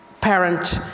parent